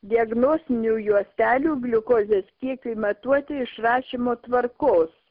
diagnostinių juostelių gliukozės kiekiui matuoti išrašymo tvarkos